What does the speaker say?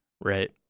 right